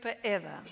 forever